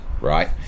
right